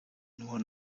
nur